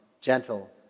gentle